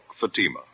Fatima